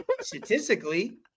statistically